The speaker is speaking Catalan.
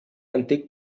antic